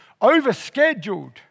overscheduled